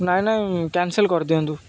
ନାଇଁ ନାଇଁ କ୍ୟାନସେଲ କରିଦିଅନ୍ତୁ